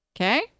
Okay